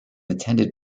attended